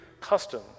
custom